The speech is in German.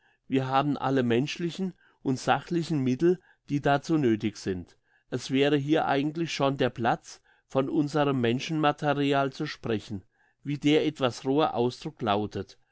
wir haben alle menschlichen und sachlichen mittel die dazu nöthig sind es wäre hier eigentlich schon der platz von unserem menschenmaterial zu sprechen wie der etwas rohe ausdruck lautet